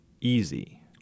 easy